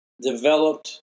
developed